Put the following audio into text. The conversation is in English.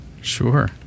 Sure